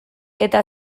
eta